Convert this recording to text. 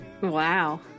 Wow